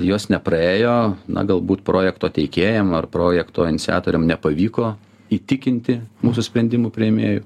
jos nepraėjo na galbūt projekto teikėjam ar projekto iniciatoriam nepavyko įtikinti mūsų sprendimų priėmėjų